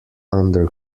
under